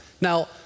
Now